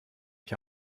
ich